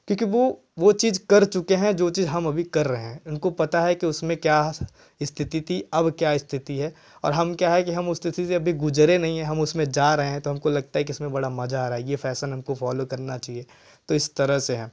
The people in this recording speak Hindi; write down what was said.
क्योंकि वह वह चीज़ कर चुके हैं जो चीज़ हम अभी कर रहे हैं उनको पता है कि उसमें क्या स्थिति थी अब क्या स्थिति है और हम क्या है कि हम स्थिति से अभी गुज़रे नहीं है हम उसमें जा रहे हैं तो हमको लगता है किसने बड़ा मज़ा आ रहा है यह फैशन हमको फॉलो करना चाहिए तो इस तरह से है